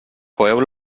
coeu